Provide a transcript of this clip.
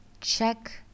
Check